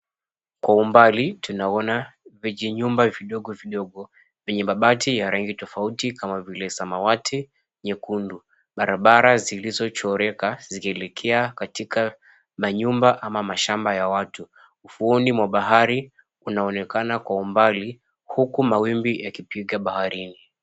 Kwa umbali tunaona vijinyumba vidogo vidogo vyenye mabati ya rangi tofauti kama vile samawati, nyekundu. Barabara zilizochoreka zikielekea katika manyumba ama mashamba ya watu, ufuoni mwa bahari unaonekana kwa umbali huku mawimbi yakipiga baharini.